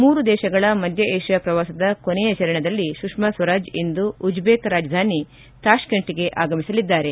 ಮೂರು ದೇಶಗಳ ಮಧ್ಯ ಏಷ್ಯಾ ಪ್ರವಾಸದ ಕೊನೆಯ ಚರಣದಲ್ಲಿ ಸುಷ್ನಾ ಸ್ವರಾಜ್ ಇಂದು ಉಜ್ಜೇಕ್ ರಾಜಧಾನಿ ತಾಷ್ಕೆಂಟ್ಗೆ ಆಗಮಿಸಲಿದ್ದಾರೆ